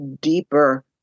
deeper